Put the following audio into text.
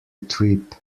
trip